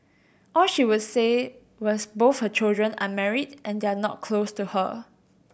all she would say was both her children are married and they are not close to her